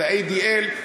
את ה-ADL,